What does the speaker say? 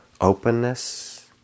openness